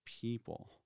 people